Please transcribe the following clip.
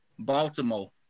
Baltimore